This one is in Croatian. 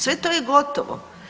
Sve to je gotovo.